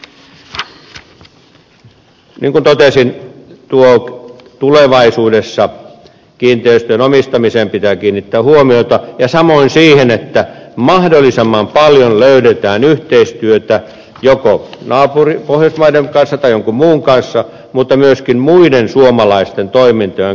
niin kuin totesin tulevaisuudessa kiinteistöjen omistamiseen pitää kiinnittää huomiota ja samoin siihen että mahdollisimman paljon löydetään yhteistyötä joko pohjoismaiden kanssa tai jonkun muun kanssa mutta myöskin muiden suomalaisten toimintojen kanssa